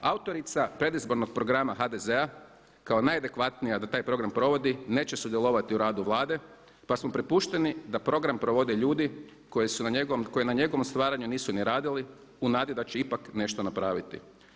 Autorica predizbornog programa HDZ-a kao najadekvatnija da taj program provodi neće sudjelovati u radu Vlade pa smo prepušteni da program provode ljudi koji na njegovom stvaranju nisu ni radili u nadi će ipak nešto napraviti.